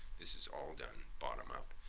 this is all done bottom up.